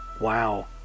Wow